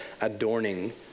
adorning